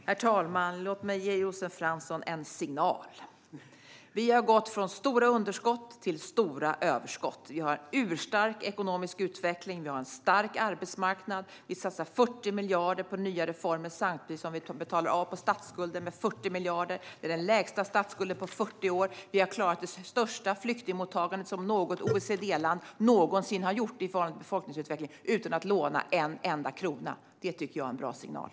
Herr talman! Låt mig ge Josef Fransson en signal: Vi har gått från stora underskott till stora överskott. Vi har en urstark ekonomisk utveckling. Vi har en stark arbetsmarknad. Vi satsar 40 miljarder på nya reformer samtidigt som vi betalar av 40 miljarder på statsskulden. Det är den lägsta statsskulden på 40 år. Vi har klarat det största flyktingmottagande som något OECD-land någonsin har gjort i förhållande till befolkningsutvecklingen utan att låna en enda krona. Det tycker jag är en bra signal.